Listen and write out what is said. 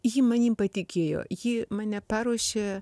ji manim patikėjo ji mane paruošė